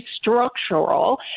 structural